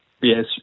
Yes